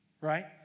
right